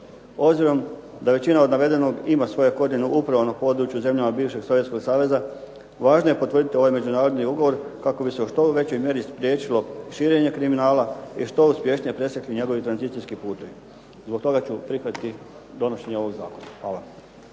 Obzirom da od većine navedenog ima svoje krojene upravo na području zemalja bivšeg Sovjetskog Saveza, važno je potvrditi ovaj međunarodni ugovor kako bi se u što većoj mjeri spriječilo širenje kriminala i što uspješnije presjekli njegovi tranzicijski putovi. Zbog toga ću prihvatiti donošenje ovog zakona. Hvala.